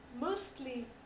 mostly